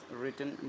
written